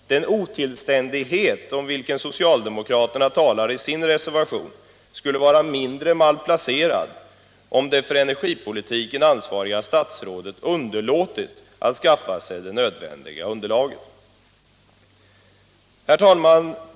Den otillständighet om vilken socialdemokraterna talar i sin reservation skulle vara mindre malplacerad om det för energipolitiken ansvariga statsrådet underlåtit att skaffa sig det nödvändiga underlaget. Herr talman!